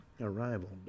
Arrival